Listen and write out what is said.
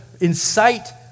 incite